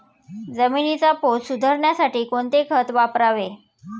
जमिनीचा पोत सुधारण्यासाठी कोणते खत वापरावे?